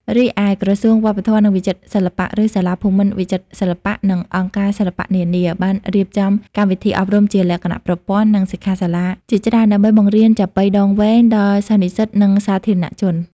រីឯ ក្រសួងវប្បធម៌ និងវិចិត្រសិល្បៈ ឬសាលាភូមិន្ទវិចិត្រសិល្បៈ និងអង្គការសិល្បៈនានា បានរៀបចំកម្មវិធីអប់រំជាលក្ខណៈប្រព័ន្ធ និងសិក្ខាសាលាជាច្រើន ដើម្បីបង្រៀនចាប៉ីដងវែងដល់សិស្សនិស្សិត និងសាធារណជន។